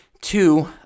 Two